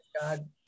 God